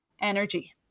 energy